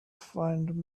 find